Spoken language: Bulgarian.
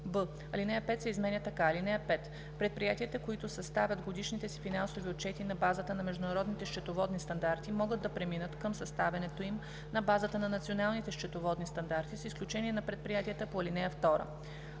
б) алинея 5 се изменя така: „(5) Предприятията, които съставят годишните си финансови отчети на базата на Международните счетоводни стандарти, могат да преминат към съставянето им на базата на Националните счетоводни стандарти, с изключение на предприятията по ал.